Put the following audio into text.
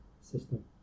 system